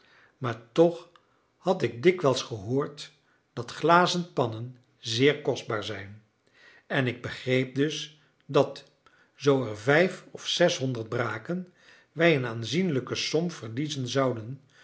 maar toch had ik dikwijls gehoord dat glazen pannen zeer kostbaar zijn en ik begreep dus dat zoo er vijf of zeshonderd braken wij een aanzienlijke som verliezen zouden